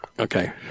Okay